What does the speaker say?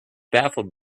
baffled